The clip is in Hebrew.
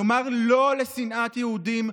לומר לא לשנאת יהודים,